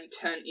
turn